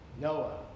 Noah